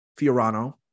Fiorano